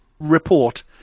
report